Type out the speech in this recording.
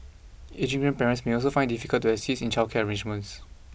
ageing grandparents may also find difficult to assist in childcare arrangements